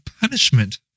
punishment